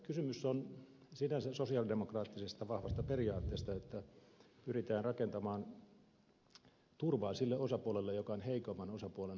kysymys on sinänsä sosialidemokraattisesta vahvasta periaatteesta että pyritään rakentamaan turvaa sille osapuolelle joka on heikomman osapuolen asemassa